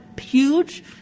huge